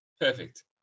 Perfect